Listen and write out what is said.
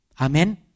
Amen